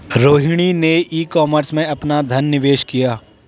रोहिणी ने e commerce में अपना धन निवेश किया